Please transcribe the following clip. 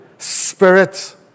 Spirit